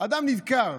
אדם נדקר,